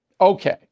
Okay